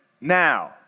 now